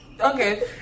Okay